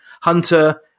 Hunter